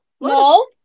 no